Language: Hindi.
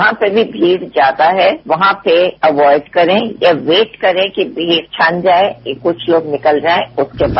जहां पर भी भीड़ ज्यादा है वहां पर अवाइड करें या वेट करें कि भीड़ छन जाएं कि कुछ लोग निकल जाएं उसके बाद